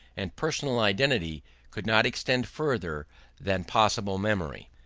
and personal identity could not extend further than possible memory.